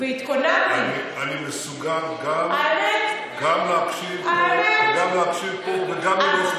אני מסוגל גם להקשיב פה וגם להקשיב